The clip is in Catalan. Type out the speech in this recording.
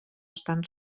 estan